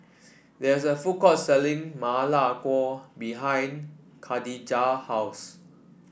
there is a food court selling Ma Lai Gao behind Kadijah house